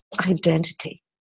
identity